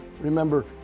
remember